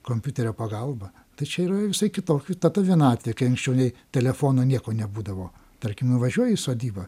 kompiuterio pagalba tai čia yra visai kitokia ta ta vienatvė kai anksčiau nei telefono nieko nebūdavo tarkim nuvažiuoji į sodybą